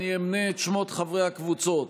אני אמנה את שמות חברי הקבוצות.